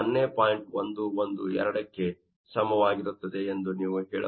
112 ಕ್ಕೆ ಸಮವಾಗಿರುತ್ತದೆ ಎಂದು ನೀವು ಹೇಳಬಹುದು